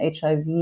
HIV